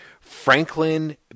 Franklin